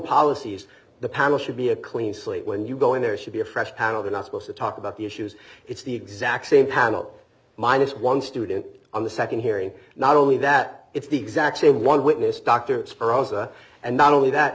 policies the panel should be a clean slate when you go in there should be a fresh panel they're not supposed to talk about the issues it's the exact same panel minus one student on the second hearing not only that it's the exactly one witness dr speranza and not only that